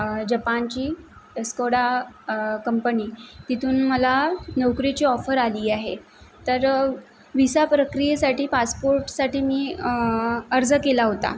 जपानची Skoda company तिथून मला नोकरीची ऑफर आली आहे तर विसा प्रक्रियेसाठी पासपोर्टसाठी मी अर्ज केला होता